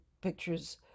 pictures